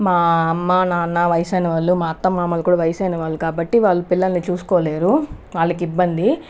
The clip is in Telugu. మా అమ్మ నాన్న వయసు అయిన వాళ్లు మా అత్త మామలు కూడా వయసు అయిన వాళ్లు కాబట్టి వాళ్ళు పిల్లల్ని చూసుకోలేరు వాళ్లకి ఇబ్బంది